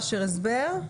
אשר, הסבר.